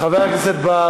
חבר הכנסת קיש.